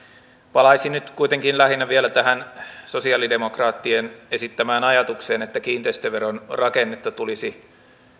palaisin nyt kuitenkin lähinnä vielä tähän sosialidemokraattien esittämään ajatukseen että kiinteistöveron rakennetta tulisi